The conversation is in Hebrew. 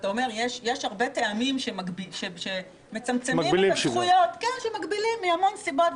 יש הרבה טעמים שמגבילים את הזכויות מהמון סיבות,